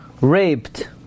raped